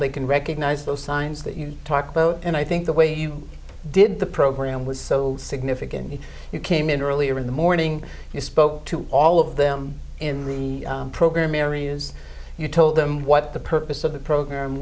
they can recognise those signs that you talk boat and i think the way you did the program was so significant if you came in earlier in the morning you spoke to all of them in the program areas you told them what the purpose of the program